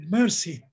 mercy